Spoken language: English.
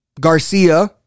Garcia